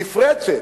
נפרצת,